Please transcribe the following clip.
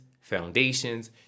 foundations